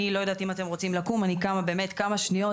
אני לא יודעת אם אתם רוצים לקום אני קמה באמת כמה שניות